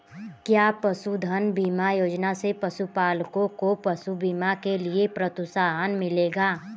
क्या पशुधन बीमा योजना से पशुपालकों को पशु बीमा के लिए प्रोत्साहन मिलेगा?